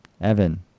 Evan